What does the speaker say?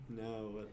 No